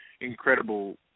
incredible